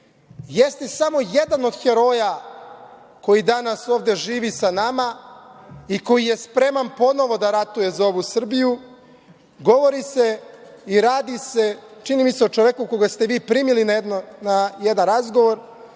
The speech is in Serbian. jeste samo jedan od heroja koji danas ovde živi sa nama i koji je spreman ponovo da ratuje za ovu Srbiju. Govori se i radi se, čini mi se, o čoveku koga ste vi primili na jedan razgovor,